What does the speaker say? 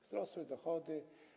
Wzrosły dochody.